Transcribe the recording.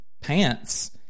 pants